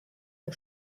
der